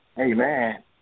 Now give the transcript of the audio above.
Amen